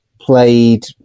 played